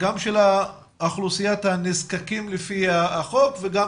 גם של אוכלוסיית הנזקקים לפי החוק וגם